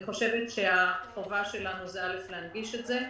אני חושבת שהחובה שלנו היא להנגיש את זה,